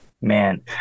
Man